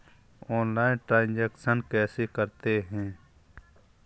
Online transaction कैसे करते हैं?